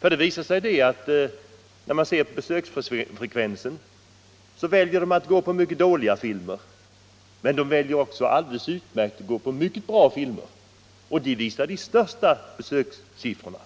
När man ser på besöksfrekvensen, finner man nämligen att många människor visserligen väljer att gå på dåliga filmer men att man också väljer att gå på mycket bra filmer, som har de största besökssiffrorna.